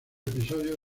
episodios